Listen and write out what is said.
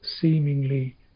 seemingly